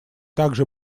также